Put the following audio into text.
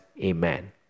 Amen